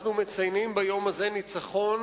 אנחנו מציינים ביום הזה ניצחון